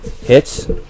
Hits